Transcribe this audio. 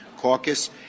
caucus